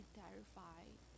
terrified